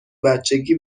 بچگی